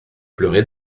pleurer